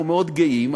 אנחנו מאוד גאים,